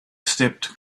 stepped